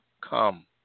come